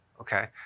okay